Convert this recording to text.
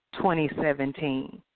2017